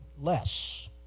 less